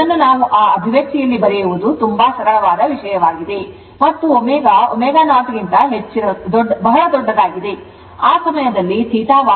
ಇದನ್ನು ನಾವು ಆ ಅಭಿವ್ಯಕ್ತಿಯಲ್ಲಿ ಬರೆಯುವುದು ತುಂಬಾ ಸರಳವಾದ ವಿಷಯವಾಗಿದೆ ಮತ್ತು ω ω0 ಕ್ಕಿಂತ ಬಹಳ ದೊಡ್ಡದಾಗಿದೆ ಆ ಸಮಯದಲ್ಲಿ θY 90o ಆಗಿರುತ್ತದೆ